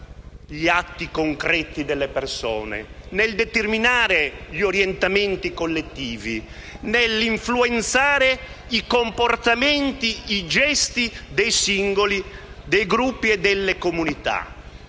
gli atti concreti delle persone, nel determinare gli orientamenti collettivi, nell'influenzare i comportamenti, i gesti dei singoli, dei gruppi e delle comunità.